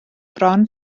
bron